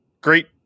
great